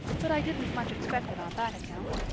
but i didn't much expect it on that account.